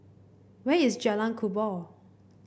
where is Jalan Kubor